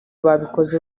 babikoze